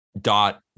dot